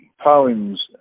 poems